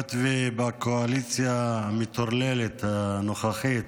היות שבקואליציה המטורללת הנוכחית